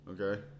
Okay